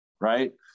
Right